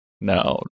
No